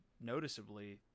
noticeably